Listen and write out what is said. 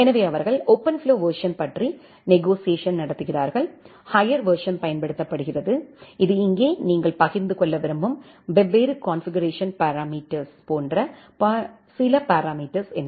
எனவேஅவர்கள் OpenFlow version பற்றி negotiation நடத்துகிறார்கள் higher version பயன்படுத்தப்படுகிறது இது இங்கே நீங்கள் பகிர்ந்து கொள்ள விரும்பும் வெவ்வேறு கான்ஃபிகரேஷன் பாராமீட்டர்ஸ் போன்ற சில பாராமீட்டர்ஸ் என்ன